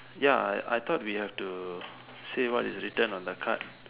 ya I I thought we have to say what is written on the card